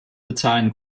bezahlen